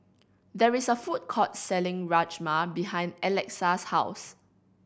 there is a food court selling Rajma behind Alexa's house